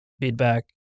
feedback